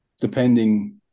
depending